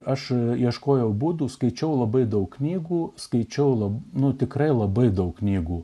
aš ieškojau būdų skaičiau labai daug knygų skaičiau labai nu tikrai labai daug knygų